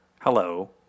Hello